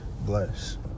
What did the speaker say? bless